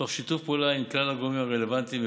תוך שיתוף פעולה עם כל הגורמים הרלוונטיים,